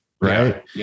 right